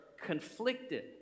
conflicted